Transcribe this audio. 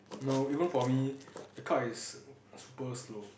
no even for me the card is super slow